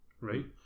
right